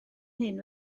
hyn